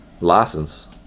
license